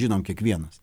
žinom kiekvienas